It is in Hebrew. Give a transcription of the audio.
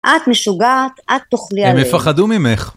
את משוגעת, את תוכלי עליה. הם מפחדים ממך.